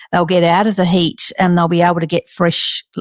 they'll get out of the heat, and they'll be able to get fresh,